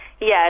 Yes